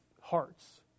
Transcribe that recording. hearts